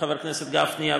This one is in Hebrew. חבר הכנסת גפני,